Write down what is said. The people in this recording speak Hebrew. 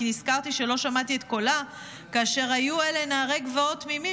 כי נזכרתי שלא שמעתי את קולה כאשר היו אלה נערי גבעות תמימים